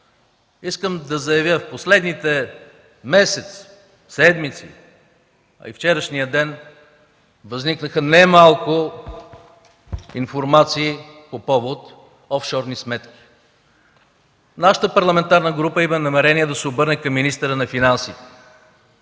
искам да заявя: В последните месеци, седмици, а и вчерашния ден възникнаха немалко информации по повод офшорни сметки. Нашата парламентарна група има намерение да се обърне към министъра на финансите